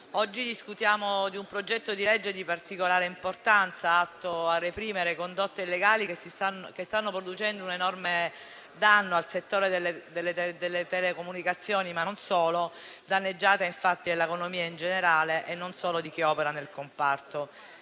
oggi discutiamo di un progetto di legge di particolare importanza, atto a reprimere condotte illegali che stanno producendo un enorme danno al settore delle telecomunicazioni, ma non solo: ad esserne danneggiata, infatti, è l'economia in generale e non solo chi opera nel comparto.